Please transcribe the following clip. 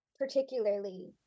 particularly